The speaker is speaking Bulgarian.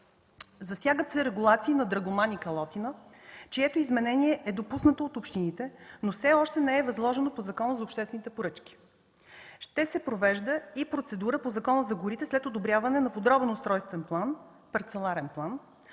Засягат се регулации на Драгоман и Калотина, чието изменение е допуснато от общините, но все още не е възложено по Закона за обществените поръчки. Ще се провежда и процедура по Закона за горите след одобряване на Подробен устройствен план – парцеларен план,